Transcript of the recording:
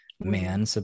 man